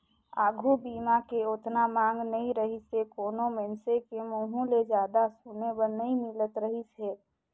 आघू बीमा के ओतना मांग नइ रहीसे कोनो मइनसे के मुंहूँ ले जादा सुने बर नई मिलत रहीस हे